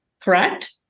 Correct